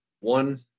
one